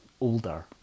older